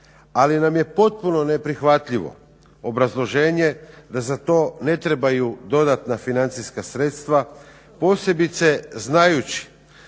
Ali nam je potpuno neprihvatljivo obrazloženje da za to ne trebaju dodatna financijska sredstva posebice znajući